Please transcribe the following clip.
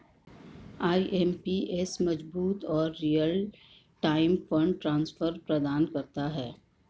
IMPS मजबूत और real time fund transfer प्रदान करता है